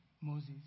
Moses